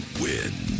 win